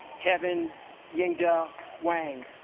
kevin yin de wang